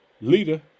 leader